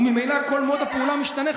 וממילא כל mode הפעולה משתנה,